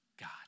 God